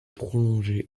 prolongée